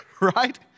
right